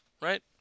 right